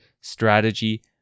strategy